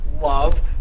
love